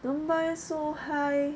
don't buy so high